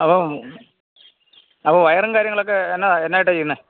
അപ്പം അപ്പോള് വയറും കാര്യങ്ങളുമൊക്കെ എന്തായിട്ടാണ് ചെയ്യുന്നത്